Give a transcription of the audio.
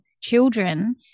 children